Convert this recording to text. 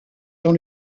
dans